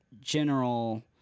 general